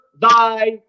thy